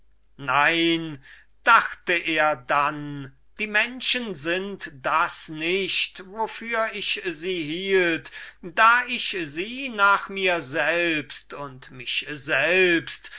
nein sagte er dann zu sich selbst die menschen sind nicht wofür ich sie hielt da ich sie nach mir selbst und mich selbst